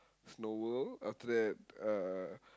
Snow-World after that uh